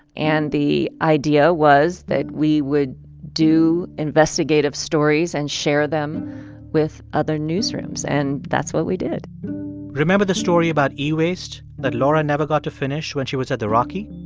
and the idea was that we would do investigative stories and share them with other newsrooms. and that's what we did remember the story about e-waste that laura never got to finish when she was at the rocky?